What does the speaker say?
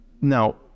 now